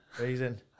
Reason